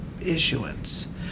issuance